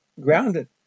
grounded